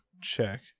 check